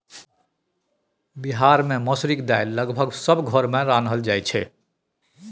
बिहार मे मसुरीक दालि लगभग सब घर मे रान्हल जाइ छै